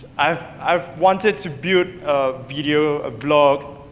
i've i've wanted to build a video, a blog,